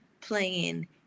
playing